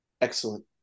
Excellent